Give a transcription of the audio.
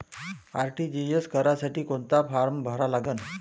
RTGS करासाठी कोंता form भरा लागन?